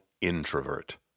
introvert